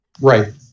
Right